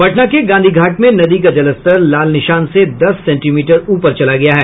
पटना के गांधी घाट में नदी का जलस्तर लाल निशान से दस सेंटीमीटर ऊपर चला गया है